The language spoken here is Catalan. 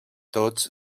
tots